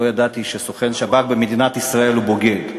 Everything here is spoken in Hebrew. לא ידעתי שסוכן שב"כ במדינת ישראל הוא בוגד,